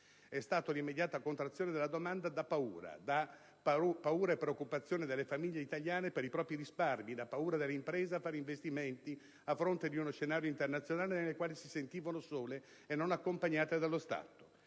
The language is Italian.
È stata una contrazione dovuta alla paura, alla preoccupazione delle famiglie italiane per i propri risparmi e delle imprese per gli investimenti, a fronte di uno scenario internazionale nel quale si sentivano sole e non accompagnate dallo Stato.